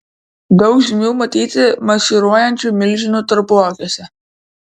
daug žymių matyti marširuojančių milžinų tarpuakiuose